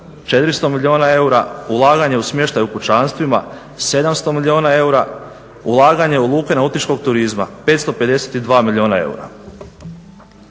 400 milijuna eura, ulaganje u smještaj u kućanstvima 700 milijuna eura, ulaganje u luke nautičkog turizma 552 milijuna eura,